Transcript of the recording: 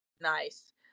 Nice